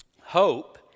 Hope